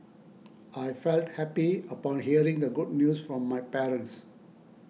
I felt happy upon hearing the good news from my parents